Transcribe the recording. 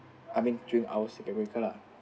I mean during our circuit breaker lah